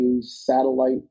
satellite